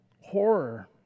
horror